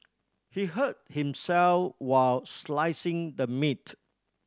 he hurt himself while slicing the meat